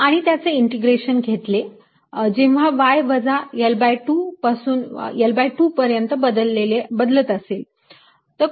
आणि त्याचे इंटिग्रेशन घेतले जेव्हा y वजा L2 पासून L2 पर्यंत बदलत असेल